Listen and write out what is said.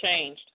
changed